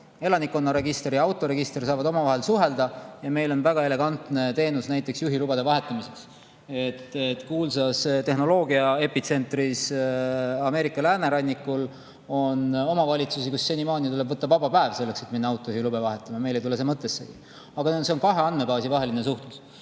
elanikkonna register ja autoregister, saavad omavahel suhelda. Meil on väga elegantne teenus näiteks juhilubade vahetamiseks. Kuulsas tehnoloogia epitsentris Ameerika läänerannikul on omavalitsusi, kus senimaani tuleb võtta vaba päev, et minna autojuhiluba vahetama. Meil ei tule see mõttessegi. Aga see on kahe andmebaasi vaheline suhtlus.